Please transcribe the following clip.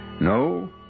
No